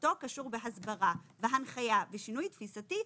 שבמטרתו קשור בהסברה, בהנחיה, בשינוי תפיסתי.